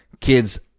kids